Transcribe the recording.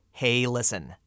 heylisten